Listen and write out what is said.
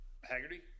Haggerty